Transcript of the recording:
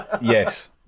Yes